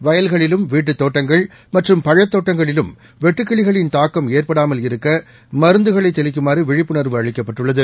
வயல்களிலும் வீட்டுத் தோட்டங்கள் மற்றும் பழத் தோட்டங்களிலும் வெட்டுக் கிளிகளின் தாக்கம் ஏற்படாமலிருக்கமருந்துகளைத் தெளிக்குமாறுவிழிப்புணர்வு அளிக்கப்பட்டுள்ளது